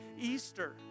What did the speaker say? Easter